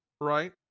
right